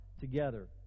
together